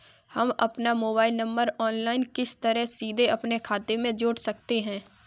हम अपना mobile number online किस तरह सीधे अपने खाते में जोड़ सकते हैं?